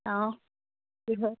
অঁ কি হয়